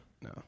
no